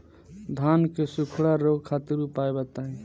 धान के सुखड़ा रोग खातिर उपाय बताई?